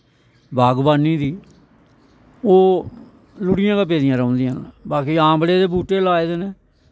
बागबानी दी ओ लुड़ियां गै पेदियां रौंह्दियां नै बाकी आमले दे बूह्टे लाए दे न